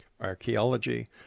archaeology